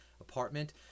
apartment